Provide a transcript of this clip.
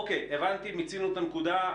אוקיי, הבנתי, מיצינו את הנקודה.